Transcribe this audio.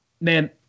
Man